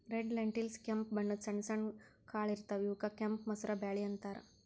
red lentils ಕೆಂಪ್ ಬಣ್ಣದ್ ಸಣ್ಣ ಸಣ್ಣು ಕಾಳ್ ಇರ್ತವ್ ಇವಕ್ಕ್ ಕೆಂಪ್ ಮಸೂರ್ ಬ್ಯಾಳಿ ಅಂತಾರ್